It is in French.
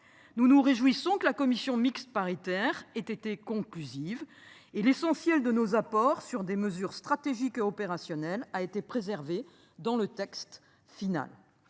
Nous nous réjouissons que la commission mixte paritaire était conclusive et l'essentiel de nos apports sur des mesures stratégiques et opérationnelles a été préservé. Dans le texte final.